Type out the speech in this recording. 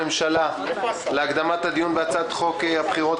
לפנינו בקשת הממשלה להקדמת הדיון בהצעת חוק הבחירות